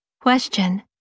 Question